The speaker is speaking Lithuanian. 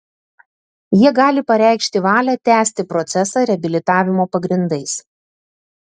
jie gali pareikšti valią tęsti procesą reabilitavimo pagrindais